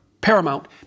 paramount